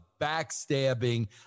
backstabbing